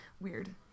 Weird